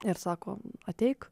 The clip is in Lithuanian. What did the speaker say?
ir sako ateik